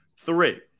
Three